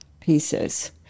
pieces